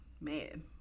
man